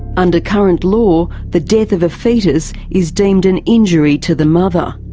under current law the death of a foetus is deemed an injury to the mother.